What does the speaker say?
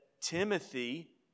Timothy